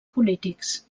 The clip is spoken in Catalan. polítics